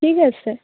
ঠিক আছে